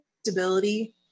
stability